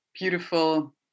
beautiful